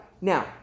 Now